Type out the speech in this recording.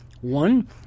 One